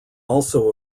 also